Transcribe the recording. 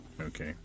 Okay